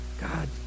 God